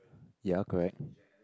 ya correct